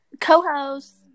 co-host